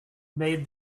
made